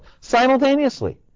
simultaneously